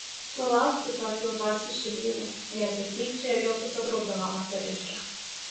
sulauksi tu atjautos iš vyrų vietoj pykčio jau susigraudino moteriškė